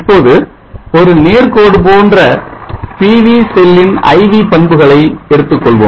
இப்போது ஒரு நேர்கோடு போன்ற PV செல்லின் I V பண்புகளை எடுத்துக்கொள்வோம்